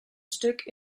stück